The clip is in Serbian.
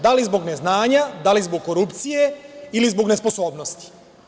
Da li zbog neznanja, da li zbog korupcije ili zbog nesposobnosti?